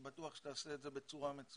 אני בטוח שתעשה את זה בצורה מצויינת.